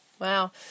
Wow